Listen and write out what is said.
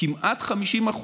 כמעט 50%,